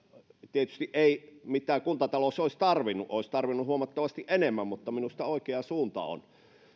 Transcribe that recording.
tietysti ei mitä kuntatalous olisi tarvinnut olisi tarvinnut huomattavasti enemmän mutta minusta oikea suunta on